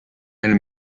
elle